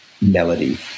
melody